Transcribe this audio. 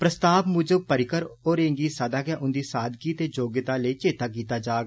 प्रस्ताव मुजब परिकर होरें'गी सदा गै उंदी सादगी ते योग्यताएं लेई चेत्ता कीता जाग